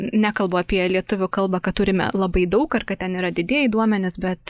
nekalbu apie lietuvių kalbą kad turime labai daug ar kad ten yra didieji duomenys bet